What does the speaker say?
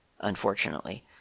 unfortunately